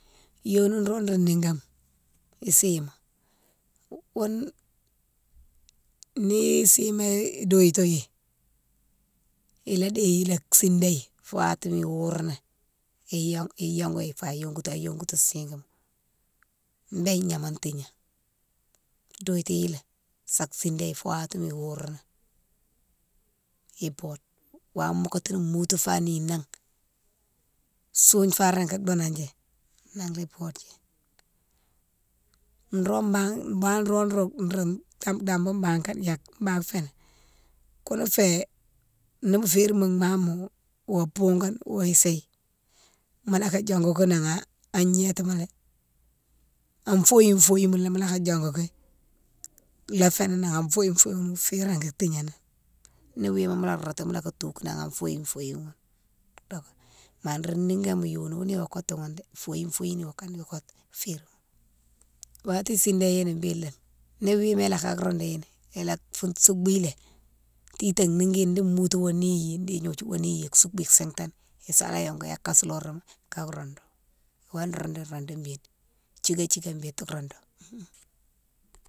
Yoni nro ro nigoma isima ghounne ni sima doutighi ila déyi ila sidéyi fo watima wourini iyongoughi fa yongoutou sigue ma bé gnama tigné, idouithilé sa fidéye fa watima wourini ibode wama mo kotini moutou fa ninan, sougne fa régui donandji nang lé bodedji. Nro banne, nro banne nro ro dambou banne kanan, yéke banne fé, koune fé nimo férine mo mama wo bougone wo sih mola ka diongou nan an yétima lé, an foyine foyine mola ka diongou ki lo fénan nan an foyine foyine fé régui tigné, ni wima mola roudoutini mola ka touhiki nan an foyine foyine doké. Ma nro nigoma yoni ghounni wo kotoughounne dé foyine foyine ikane nro kotou, férine. Wati isidéyine béghine ni wima ila ka roudoughi ila foun, souboughi lé titane niguighi di moutone wa nighi di gnodiou wo nihi soubou sitane isala yongou ghi an kasoulore ma ka roudou iwa roudoughi roudoughi bélé, thiké thiké bélé tou roudou.